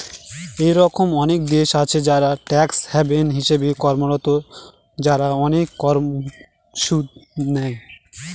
এরকম অনেক দেশ আছে যারা ট্যাক্স হ্যাভেন হিসেবে কর্মরত, যারা অনেক কম সুদ নেয়